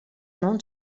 non